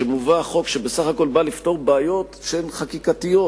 שמובא חוק שבסך הכול בא לפתור בעיות שהן חקיקתיות,